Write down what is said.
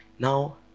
Now